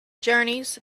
journeys